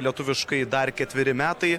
lietuviškai dar ketveri metai